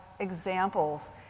examples